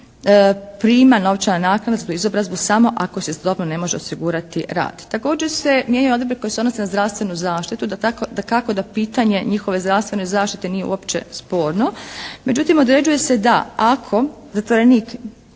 prima novčana naknada za tu izobrazbu samo ako se istodobno ne može osigurati rad. Također se mijenjaju odredbe koje se odnose na zdravstvenu zaštitu. Dakako da pitanje njihove zdravstvene zaštite nije uopće sporno. Međutim, određuje se da ako zatvorenik